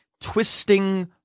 twisting